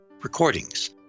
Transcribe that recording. recordings